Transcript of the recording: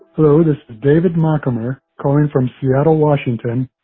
hello. this is david markimer calling from seattle, wash, and and